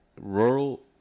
rural